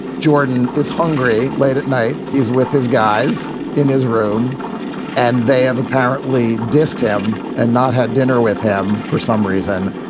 jordan is hungry late at night he's with his guys in his room and they have apparently dissed him and not had dinner with him for some reason.